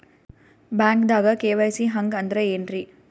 ಬ್ಯಾಂಕ್ದಾಗ ಕೆ.ವೈ.ಸಿ ಹಂಗ್ ಅಂದ್ರೆ ಏನ್ರೀ?